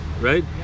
Right